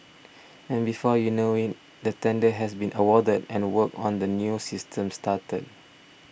and before you know it the tender has been awarded and work on the new system started